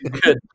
Good